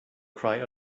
cry